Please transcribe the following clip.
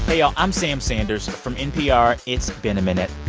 y'all. i'm sam sanders from npr, it's been a minute.